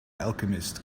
alchemist